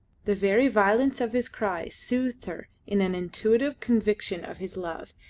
the very violence of his cry soothed her in an intuitive conviction of his love,